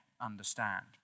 understand